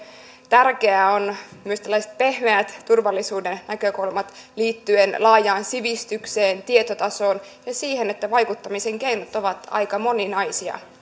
tärkeitä ovat myös tällaiset pehmeät turvallisuuden näkökulmat liittyen laajaan sivistykseen tietotasoon ja siihen että vaikuttamisen keinot ovat aika moninaisia